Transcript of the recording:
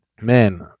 man